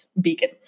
beacon